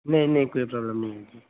نہیں نہیں کوئی پرابلم نہیں ہوتیی